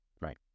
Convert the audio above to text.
Right